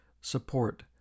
support